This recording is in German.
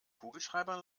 kugelschreiber